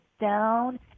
down